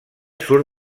surt